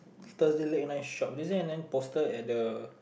thursday late night shop is there another poster at the